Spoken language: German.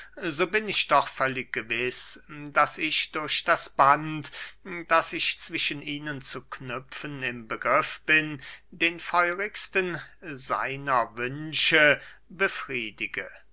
so bin ich doch völlig gewiß daß ich durch das band das ich zwischen ihnen zu knüpfen im begriff bin den feurigsten seiner wünsche befriedige